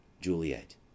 juliet